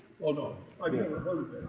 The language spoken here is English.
i've never heard